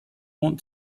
want